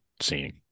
seeing